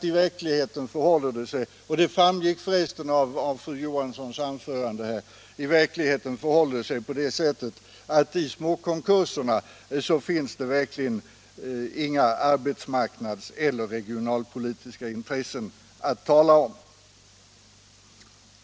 I verkligheten förhåller det sig på det sättet — och det framgick av vad fru Johansson i Tidaholm sade — att det i småkonkurserna verkligen inte finns några arbetsmarknads eller regionalpolitiska intressen att tala om.